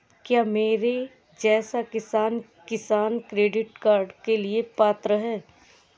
क्या मेरे जैसा किसान किसान क्रेडिट कार्ड के लिए पात्र है?